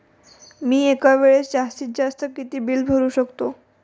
मी एका वेळेस जास्तीत जास्त किती बिल भरू शकतो?